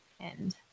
end